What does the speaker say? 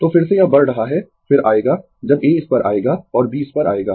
तो फिर से यह बढ़ रहा है फिर आएगा जब A इस पर आएगा और B इस पर आएगा